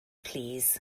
plîs